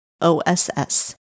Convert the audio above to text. OSS